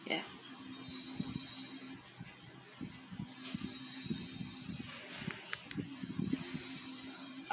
ya